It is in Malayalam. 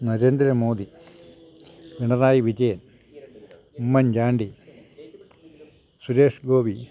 നരേന്ദ്ര മോദി പിണറായി വിജയന് ഉമ്മന് ചാണ്ടി സുരേഷ് ഗോപി